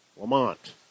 Lamont